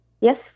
Yes